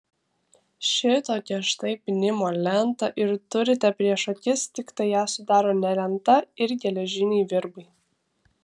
šitokią štai pynimo lentą ir turime prieš akis tiktai ją sudaro ne lenta ir geležiniai virbai